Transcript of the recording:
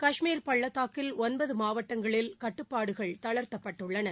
கஷ்மீர் பள்ளத்தாக்கில் ஒன்பது மாவட்டங்களில் கட்டுப்பாடுகள் தளா்த்தப்பட்டுள்ளன